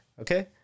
okay